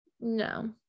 No